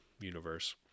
universe